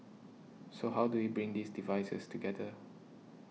so how do you bring these devices together